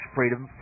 Freedom